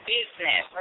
business